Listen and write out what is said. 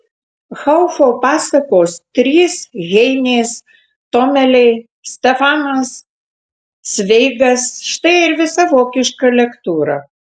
haufo pasakos trys heinės tomeliai stefanas cveigas štai ir visa vokiška lektūra